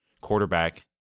quarterback